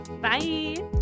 bye